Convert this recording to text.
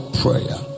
prayer